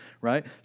right